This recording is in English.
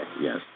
Yes